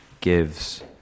gives